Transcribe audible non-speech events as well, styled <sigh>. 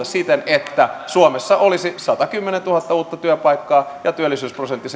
<unintelligible> siten että suomessa olisi satakymmentätuhatta uutta työpaikkaa ja työllisyysprosentti <unintelligible>